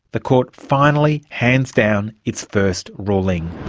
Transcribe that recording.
the court finally hands down its first ruling.